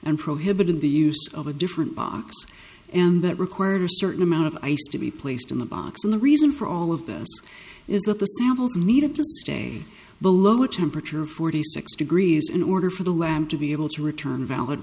and prohibited the use of a different box and that required a certain amount of ice to be placed in the box and the reason for all of this is that the sample needed to stay below a temperature of forty six degrees in order for the lamb to be able to return valid